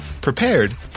prepared